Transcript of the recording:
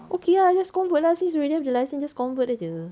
okay lah just convert lah sis already have the licence just convert jer